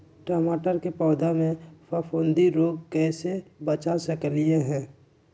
टमाटर के पौधा के फफूंदी रोग से कैसे बचा सकलियै ह?